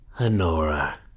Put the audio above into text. Honora